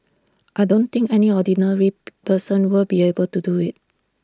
I don't think any ordinary person will be able to do IT